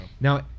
now